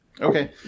Okay